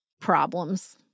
problems